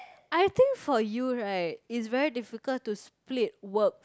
I think for you right is very difficult to split work